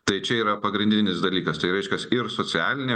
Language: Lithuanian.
tai čia yra pagrindinis dalykas tai reiškias ir socialinę